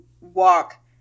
walk